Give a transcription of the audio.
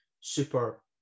super